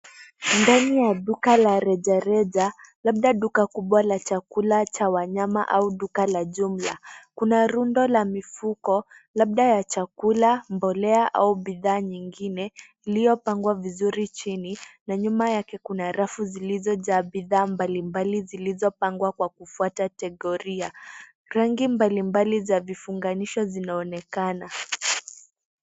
Ndani ya duka la rejareja labda duka kubwa la chakula cha wanyama au duka la jumla. kuna runda la mifuko labda ya chakula mbolea au bidaa nyingine iliyopangwa vizuri chini na nyuma yake kuna rafu zilizojaa bidhaa mbalimbali zilizo pangwa kwa kufuata kategoria. Rangi mbalimbali za kufunga zinaonekana.